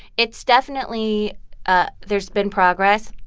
it's definitely ah there's been progress,